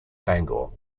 bangor